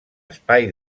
espai